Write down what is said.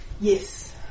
yes